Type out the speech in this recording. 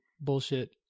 bullshit